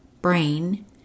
brain